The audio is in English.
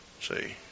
See